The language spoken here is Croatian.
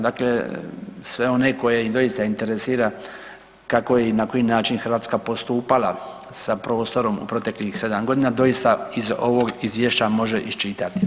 Dakle, sve one koje doista interesira kako i na koji način je Hrvatska postupala sa prostorom u proteklih 7 godina doista iz ovog izvješća može iščitati.